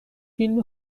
فیلم